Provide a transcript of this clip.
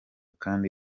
kandi